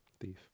Thief